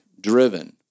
driven